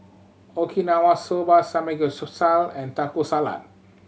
Okinawa Soba and Taco Salad